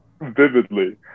vividly